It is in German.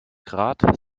grad